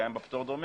קיים בה פטור דומה,